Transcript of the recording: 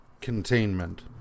containment